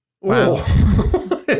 wow